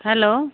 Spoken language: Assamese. হেল্ল'